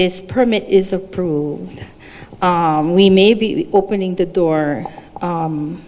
this permit is approved we may be opening the door